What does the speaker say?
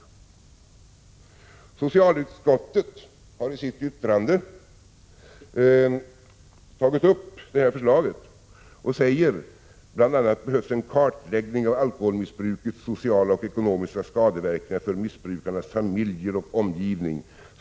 Socialutskottet tar i sitt yttrande upp detta förslag och säger att det bl.a. ”behövs en kartläggning av alkoholmissbrukets sociala och ekonomiska skadeverkningar för missbrukarnas familjer och omgivning.